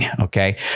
okay